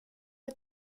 att